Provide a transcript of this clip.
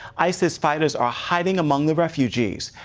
isis fighters are hiding among the refugees,